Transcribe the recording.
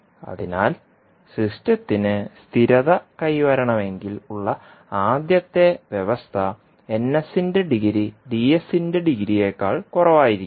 അതിനാൽ സിസ്റ്റത്തിന് സ്ഥിരത കൈവരിക്കണമെങ്കിൽ ഉളള ആദ്യത്തെ വ്യവസ്ഥ ഡിഗ്രി ഡിഗ്രിയേക്കാൾ കുറവായിരിക്കണം